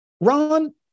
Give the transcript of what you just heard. Ron